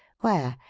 where?